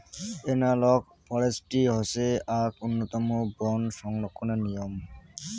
analogue forestry হসে আক উন্নতম বন সংরক্ষণের নিয়ম